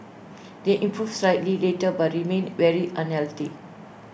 they improved slightly later but remained very unhealthy